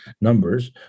numbers